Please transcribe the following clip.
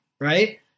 Right